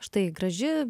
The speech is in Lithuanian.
štai graži